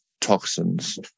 toxins